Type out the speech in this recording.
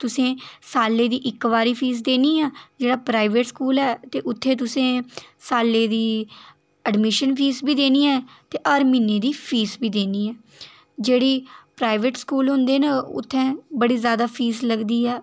ते जेह्ड़ा government school ऐ उत्थै तुसें सालै दे इक बारी फीस देनी ऐ जेहड़ा प्राइवेट स्कूल ऐ ते उत्थै तुसें साले दी एड़मिशन फीस बी देनी ऐ ते हर महीने दी फीस बी देनी ऐ जेह्ड़ी प्राइवेट स्कूल होंदे न उत्थै बड़ी जैदा फीस लगदी ऐ